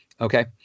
Okay